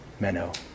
Menno